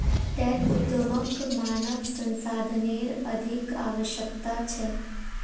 tech उद्यमक मानव संसाधनेर अधिक आवश्यकता छेक